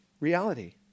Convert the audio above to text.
reality